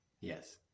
Yes